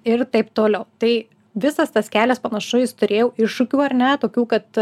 ir taip toliau tai visas tas kelias panašu jis turėjo iššūkių ar ne tokių kad